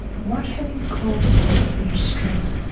what have you called upon for your strength?